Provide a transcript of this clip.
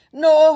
no